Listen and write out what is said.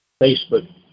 facebook